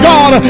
God